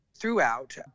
throughout